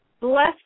bless